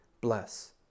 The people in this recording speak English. bless